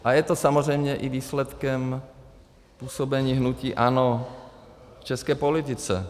A je to samozřejmě i výsledkem působení hnutí ANO v české politice.